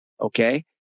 Okay